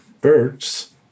birds